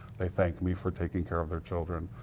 they thank me for taking care of their children.